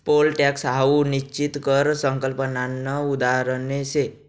pole tax हाऊ निश्चित कर संकल्पनानं उदाहरण शे